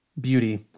beauty